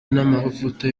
n’amavuta